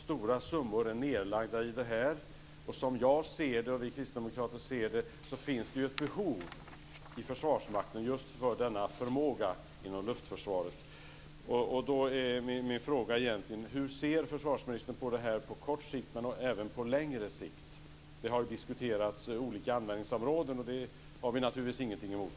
Stora summor är nedlagda i det, och som jag och vi kristdemokrater ser det finns det i Försvarsmakten ett behov av denna förmåga inom luftförsvaret. Min fråga är: Hur ser försvarsministern på det här på kort sikt men även på längre sikt? Olika användningsområden har diskuterats, och det har vi naturligtvis ingenting emot.